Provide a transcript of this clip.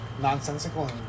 nonsensical